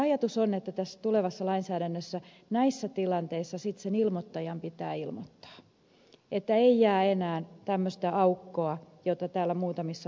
ajatus on että tässä tulevassa lainsäädännössä näissä tilanteissa sitten sen ilmoittajan pitää siitä ilmoittaa niin että ei jää enää tämmöistä aukkoa josta täällä muutamissa puheissa kerrottiin